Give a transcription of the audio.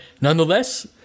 nonetheless